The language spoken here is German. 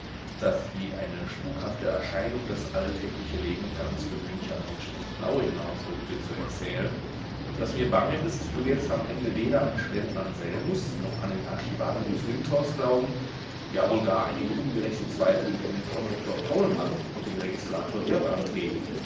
das wie eine spukhafte erscheinung das alltägliche leben ganz gewöhnlicher menschen ins blaue hinausrückte zu erzählen daß mir bange ist du werdest am ende weder an den studenten anselmus noch an den archivarius lindhorst glauben ja wohl gar einige ungerechte zweifel gegen den konrektor paulmann und den registrator heerbrand hegen